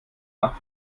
nach